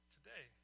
Today